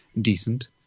decent